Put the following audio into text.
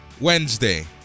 Wednesday